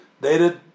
dated